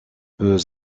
peu